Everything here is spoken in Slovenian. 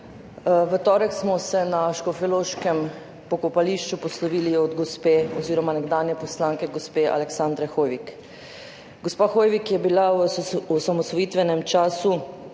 V torek smo se na škofjeloškem pokopališču poslovili od gospe oziroma nekdanje poslanke gospe Aleksandre Hoivik. Gospa Hoivik je bila v osamosvojitvenem času,